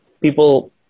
people